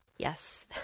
Yes